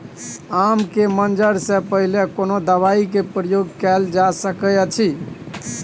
आम के मंजर से पहिले कोनो दवाई के प्रयोग कैल जा सकय अछि?